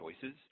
choices